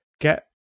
get